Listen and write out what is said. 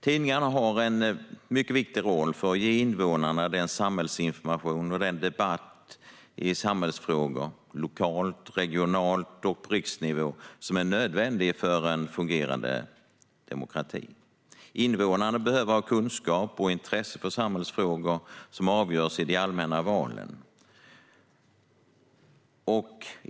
Tidningarna har en mycket viktig roll för att ge invånarna den samhällsinformation och den debatt om samhällsfrågor, lokalt, regionalt och på riksnivå, som är nödvändig för en fungerande demokrati. Invånarna behöver ha kunskap om och intresse för de samhällsfrågor som avgörs i de allmänna valen.